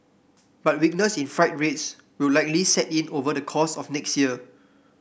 but weakness in freight rates will likely set in over the course of next year